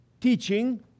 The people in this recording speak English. Teaching